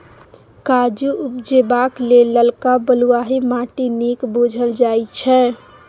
काजु उपजेबाक लेल ललका बलुआही माटि नीक बुझल जाइ छै